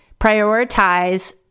prioritize